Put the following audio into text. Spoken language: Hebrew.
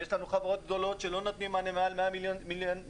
ויש לנו חברות גדולות שלא נותנים מענה מעל 100 מיליון שקל,